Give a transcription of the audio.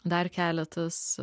dar keletas